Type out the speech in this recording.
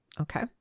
Okay